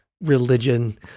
religion